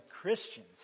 Christians